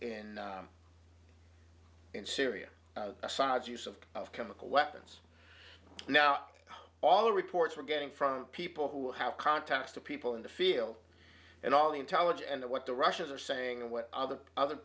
in in syria assad's use of of chemical weapons now all the reports we're getting from people who have contacts the people in the field and all the intelligence and the what the russians are saying and what the other